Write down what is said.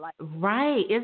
Right